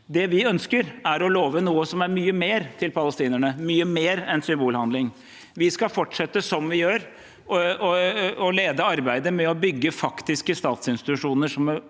Det vi ønsker, er å love noe som er mye mer til palestinerne, mye mer enn en symbolhandling. Vi skal fortsette som vi gjør, og lede arbeidet med å bygge faktiske statsinstitusjoner,